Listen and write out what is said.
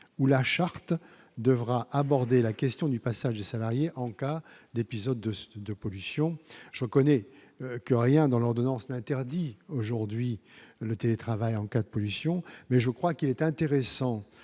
où la charte devra aborder la question du passage des salariés en cas d'épisode de ce type de pollution je connais que rien dans l'ordonnance n'interdit aujourd'hui le télétravail en cas de pollution, mais je crois qu'il est intéressant